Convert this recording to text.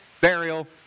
burial